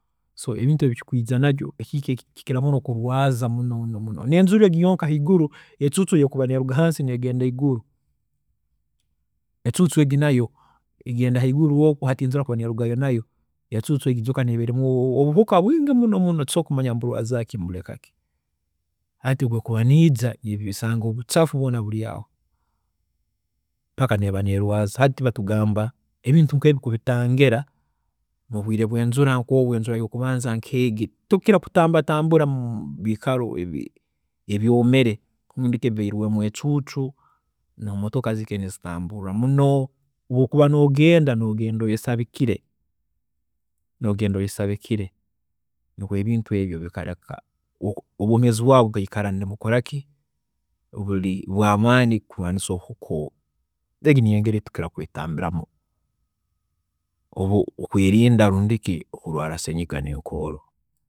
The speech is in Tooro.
﻿So ebintu ebi kikwiija nabyo ekiika eki kikira kurwaaza muno, muno muno. Nenjura egi yonka ekuruga haiguru, ecuucu eyeekuba neruga hansi negenda haiguru ecuucu egi nayo egenda haiguru oku, hati enjura obu ekuba nerugayo nayo ecuucu egi ekira kuba erumu obuhuka bwingi muno muno, tosobola kumanya niburwaazaaki nibureka ki, hati obu ekuba naija esanga obucaafu bwoona buri aho, paka neeba neerwaaza. Hati batugamba ebintu nkeebi kubitaangira mubwiire bwenjura nkoobu enjura y'okubanza nkeegi, tokira kutaambatambura mubiikaro ebyoomere rundi ki ebibairemu ecuucu na motoka mbere ziikaire nizitaambuurra muno, obwokuba noogenda, noogenda oyesabikire, nogenda oyesabikire nikwo ebintu ebi bikareka obwoomeezi bwaawe bukaikara nibukoraki buri bwaamaani kurwaanisa obuhuka obu. Egi niyo ngeri eyi tukira kentambiramu, obu- okwerinda rundi ki okurwaara senyiga hamu n'enkoorro.